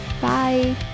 bye